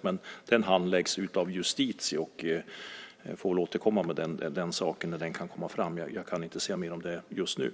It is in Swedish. Men den handläggs av Justitiedepartementet, och jag får väl återkomma med den saken när den kan komma fram. Jag kan inte säga mer om detta just nu.